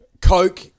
Coke